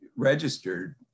registered